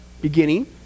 beginning